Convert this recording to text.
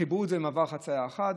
חיברו את זה למעבר חציה אחד,